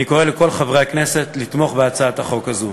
אני קורא לכל חברי הכנסת לתמוך בהצעת החוק הזו.